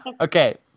okay